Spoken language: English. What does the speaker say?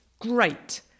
Great